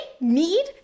need